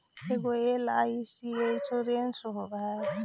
ऐगो LIC insurance होव है?